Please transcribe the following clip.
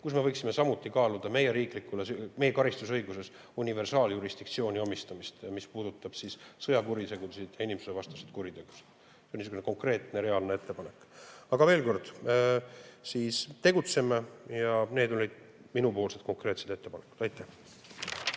mida me võiksime samuti kaaluda: meie karistusõiguses universaaljurisdiktsiooni omistamist, mis puudutab sõjakuritegusid ja inimsusevastaseid kuritegusid. Niisugune konkreetne reaalne ettepanek. Aga veel kord: tegutseme! Need olid minu konkreetsed ettepanekud. Aitäh!